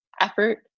effort